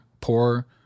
poor